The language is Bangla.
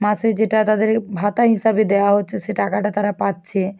মাসে যেটা তাদের ভাতা হিসাবে দেওয়া হচ্ছে সে টাকাটা তারা পাচ্ছে